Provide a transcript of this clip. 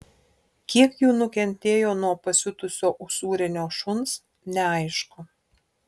kiek jų nukentėjo nuo pasiutusio usūrinio šuns neaišku